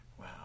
Wow